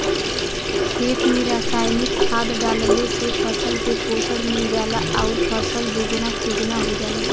खेत में रासायनिक खाद डालले से फसल के पोषण मिल जाला आउर फसल दुगुना तिगुना हो जाला